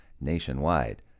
nationwide